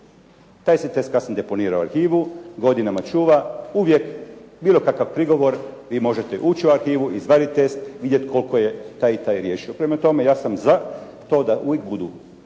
Taj se test kasnije deponira u arhivu, godinama čuva, uvijek bilo kakav prigovor vi možete ući u arhivu, izvadit test, vidjeti koliko je taj i taj riješio. Prema tome ja sam za to da uvijek budu